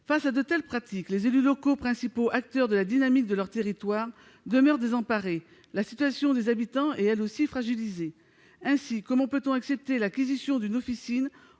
Face à de telles pratiques, les élus locaux, principaux acteurs de la dynamique de leur territoire, demeurent désemparés. La situation des habitants est elle aussi fragilisée. Ainsi, comment peut-on accepter l'acquisition d'une officine